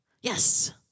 Yes